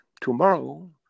tomorrow